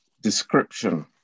description